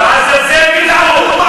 (אומר דברים בשפה הערבית,